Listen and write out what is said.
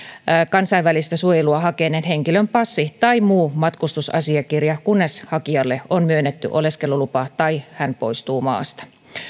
kansainvälistä suojelua hakeneen henkilön passi tai muu matkustusasiakirja kunnes hakijalle oleskelulupa tai hän poistuu maasta